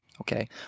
okay